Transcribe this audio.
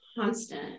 constant